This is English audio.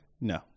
No